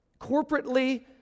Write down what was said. corporately